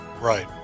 right